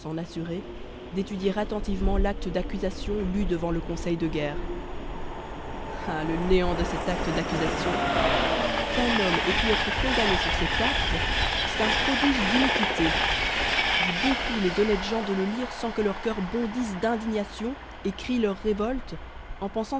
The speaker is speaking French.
assurer d'étudier attentivement l'acte d'accusation lu devant le conseil de guerre ah le néant de cet acte d'accusation qu'un homme ait pu être condamné sur cet acte c'est un prodige d'iniquité je défie les honnêtes gens de le lire sans que leur coeurs bondisse d'indignation et crie leur révolte en pensant